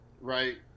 Right